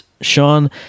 Sean